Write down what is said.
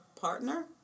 partner